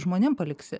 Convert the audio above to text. žmonėm paliksi